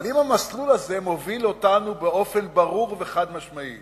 אבל אם המסלול הזה מוביל אותנו באופן ברור וחד-משמעי